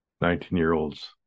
Nineteen-year-olds